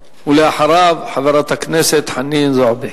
ואחריו, חברת הכנסת חנין זועבי.